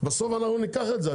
בסוף אנחנו ניקח את זה.